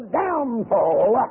downfall